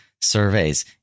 surveys